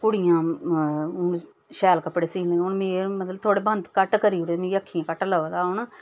ते ओह् कुड़ियां ओह् शैल कपड़े सीने ओह् मतलब घट्ट करी ओह्ड़े दे मिगी अक्खियें घट्ट लभदा हून